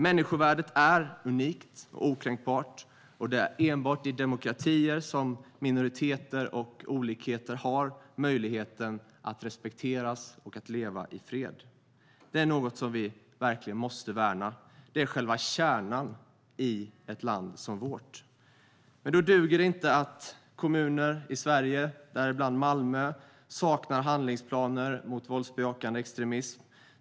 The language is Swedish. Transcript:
Människovärdet är unikt och okränkbart, och det är enbart i demokratier som minoriteter och olikheter har möjligheten att respekteras och att leva i fred. Det är något som vi verkligen måste värna. Det är själva kärnan i ett land som vårt. Men då duger det inte att kommuner i Sverige, däribland Malmö, saknar handlingsplaner mot våldsbejakande extremism.